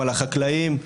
לחקלאים.